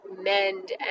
mend